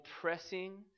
pressing